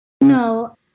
No